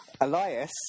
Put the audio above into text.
Elias